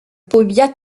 powiat